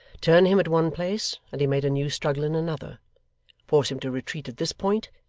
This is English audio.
turn him at one place, and he made a new struggle in another force him to retreat at this point,